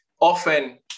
often